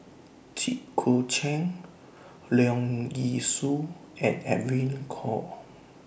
Jit Koon Ch'ng Leong Yee Soo and Edwin Koek